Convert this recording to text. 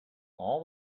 all